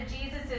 Jesus